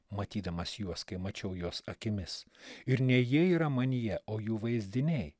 matydamas juos kai mačiau juos akimis ir ne jie yra manyje o jų vaizdiniai